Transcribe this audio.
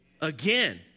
again